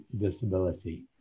disability